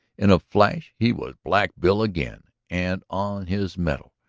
in a flash he was black bill again and on his mettle,